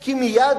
כי מדובר,